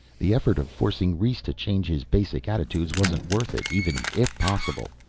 the effort of forcing rhes to change his basic attitudes wasn't worth it even if possible.